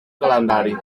calendari